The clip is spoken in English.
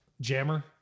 Jammer